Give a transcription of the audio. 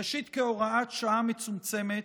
ראשית כהוראת שעה מצומצמת,